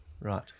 Right